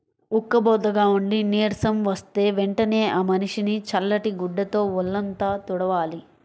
ఉక్కబోతగా ఉండి నీరసం వస్తే వెంటనే ఆ మనిషిని చల్లటి గుడ్డతో వొళ్ళంతా తుడవాలి